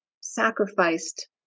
sacrificed